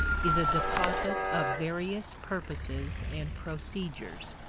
is a deposit of various purposes and procedures.